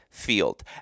field